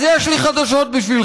אז יש לי חדשות בשבילך,